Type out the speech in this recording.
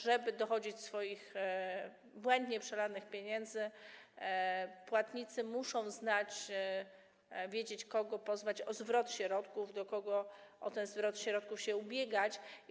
Żeby dochodzić swoich błędnie przelanych pieniędzy, płatnicy muszą wiedzieć, kogo pozwać o zwrot środków, do kogo o ten zwrot środków się zwracać.